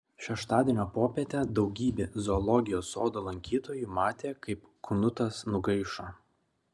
šeštadienio popietę daugybė zoologijos sodo lankytojų matė kaip knutas nugaišo